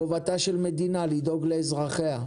חובתה של מדינה לדאוג לאזרחיה.